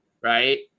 Right